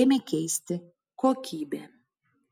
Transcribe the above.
ėmė keisti kokybė